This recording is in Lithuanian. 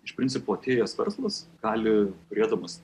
iš principo atėjęs verslas gali turėdamas